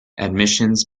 admissions